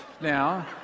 now